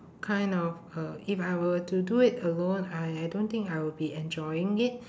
kind of uh if I were to do it alone I I don't think I will be enjoying it